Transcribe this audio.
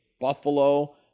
Buffalo